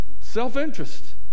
Self-interest